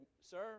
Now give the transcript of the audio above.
Sir